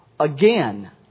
Again